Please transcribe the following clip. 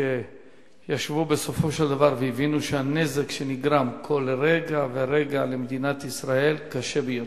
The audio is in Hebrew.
שישבו והבינו שהנזק שנגרם כל רגע ורגע למדינת ישראל קשה ביותר.